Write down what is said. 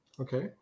Okay